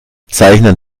zeichnen